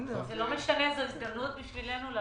זה לא משנה, זו הזדמנות בשבילנו.